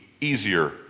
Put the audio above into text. easier